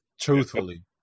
Truthfully